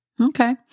Okay